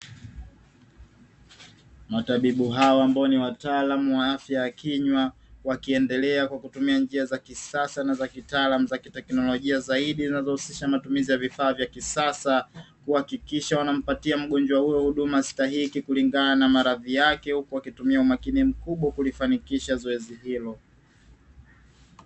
Matabibu hawa ambao ni wataalamu wa afya ya kinywa, wakiendelea kwa kutumia njia za kisasa na za kitaalam za kiteknolojia zaidi zinazohusisha matumizi ya vifaa vya kisasa. Kuhakikisha wanampatia mgonjwa huyo huduma stahiki kulingana na maradhi yake, huku wakitumia umakini mkubwa kulifanikisha zoezi hilo.